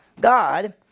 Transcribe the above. God